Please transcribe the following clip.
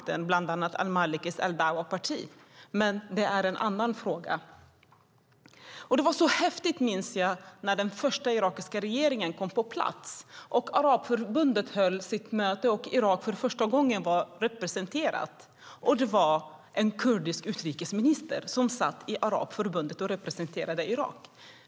Det gäller bland annat al-Malikis Dawapartiet. Men det är en annan fråga. Jag minns att det var så häftigt när den första irakiska regeringen kom på plats. Arabförbundet höll sitt möte, och Irak var för första gången representerat. Det var en kurdisk utrikesminister som satt i Arabförbundet och representerade Irak.